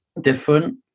different